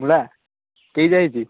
ମୂଳା କେଇଜା ହେଇଛି